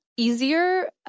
easier